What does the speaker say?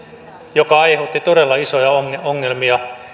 mikä aiheutti todella isoja ongelmia ongelmia